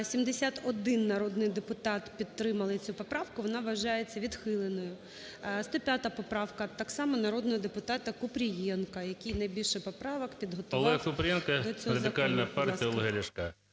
71 народний депутат підтримали цю поправку. Вона вважається відхиленою. 105 поправка так само народного депутатаКупрієнка, який найбільше поправок підготував до цього закону.